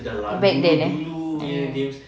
back then eh ya